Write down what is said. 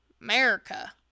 America